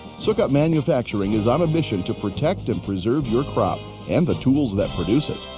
sukup manufacturing is on a mission to protect and preserve your crop and the tools that produce it.